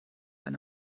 eine